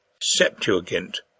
Septuagint